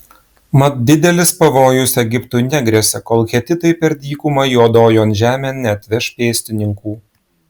mat didelis pavojus egiptui negresia kol hetitai per dykumą juodojon žemėn neatveš pėstininkų